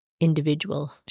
individual